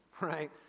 right